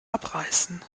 abreißen